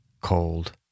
Cold